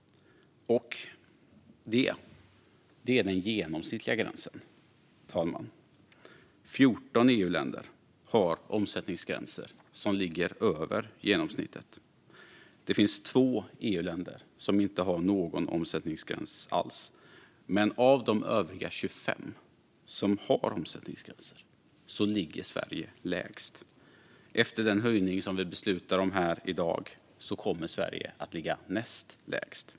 Detta är den genomsnittliga gränsen, herr talman. Det är 14 EU-länder som har omsättningsgränser som ligger över genomsnittet. Det finns 2 EU-länder som inte har någon omsättningsgräns alls, men av de övriga 25 som har omsättningsgränser ligger Sverige lägst. Efter den höjning som vi beslutar om här i dag kommer Sverige att ligga näst lägst.